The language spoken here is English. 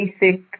basic